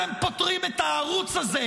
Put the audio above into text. אתה פוטרים את הערוץ הזה,